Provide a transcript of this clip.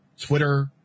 Twitter